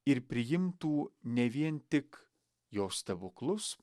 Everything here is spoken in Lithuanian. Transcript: ir priimtų ne vien tik jo stebuklus